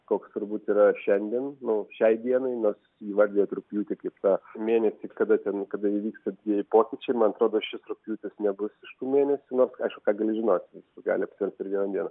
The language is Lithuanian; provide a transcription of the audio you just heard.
koks turbūt yra šiandien nu šiai dienai nors įvardijot rugpjūtį kaip tą mėnesį kada ten kada įvyks tie didieji pokyčiai man atrodo šis rugpjūtis nebus iš tų mėnesių nors aišku ką gali žinot viskas gali apsiverst per vieną dieną